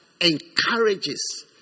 encourages